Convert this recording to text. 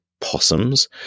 possums